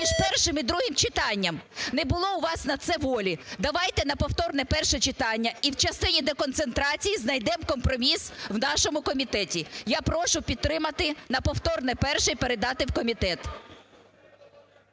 між першим і другим читанням. Не було у вас на це волі. Давайте на повторне перше читання і в частині деконцентрації знайдемо компроміс в нашому комітеті. Я прошу підтримати на повторне перше і передати в комітет.